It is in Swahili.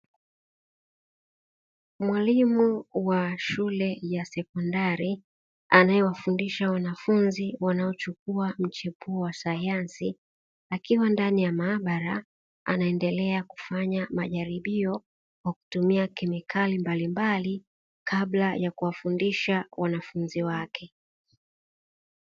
Mwalimu wa shule ya sekondari, anayewafundisha wanafunzi wanaochukua mchepuo wa sayansi, akiwa ndani ya maabara anaendelea kufanya majaribio kwa kutumia kemikali mbalimbali, kabla ya kuwafundisha wanafunzi wake.